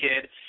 kid